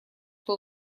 что